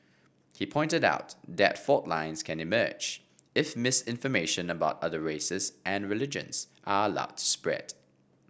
he pointed out that fault lines can emerge if misinformation about other races and religions are allowed to spread